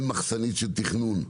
אין מחסנית של תכנון,